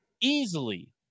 easily